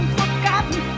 forgotten